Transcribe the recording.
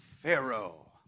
Pharaoh